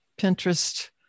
Pinterest